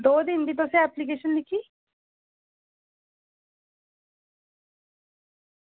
दो दिन दी तुसें ऐप्लीकेशन लिखी